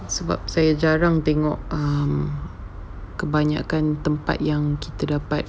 sebab saya jarang tengok um kebanyakan tempat yang kita dapat